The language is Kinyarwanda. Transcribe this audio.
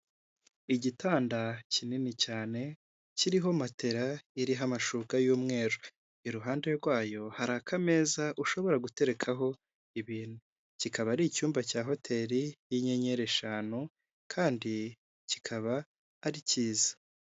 Igitanda kinini cyane, kiriho matera iriho amashuka y'umweru. Iruhande rwayo hakabsa ameza ushobora guterekaho ibintu. Kikaba ari icyumba cya hoteri y'inyenyeri eshanu kandi kikaba ari cyiza.